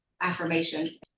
affirmations